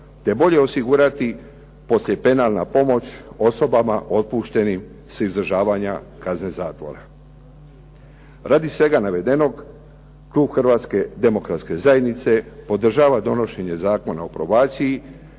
te bolje osigurati poslije penalna pomoć osobama otpuštenim s izdržavanja kazne zatvora. Radi svega navedenog klub Hrvatske demokratske zajednice podržava donošenje Zakona o probaciji